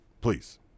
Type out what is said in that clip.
Please